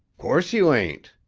course you ain't.